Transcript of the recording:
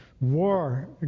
war